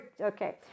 okay